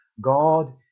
God